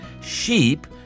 sheep